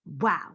wow